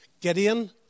Gideon